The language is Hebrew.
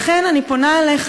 לכן אני פונה אליך.